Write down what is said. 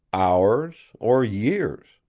hours, or years,